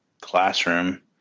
classroom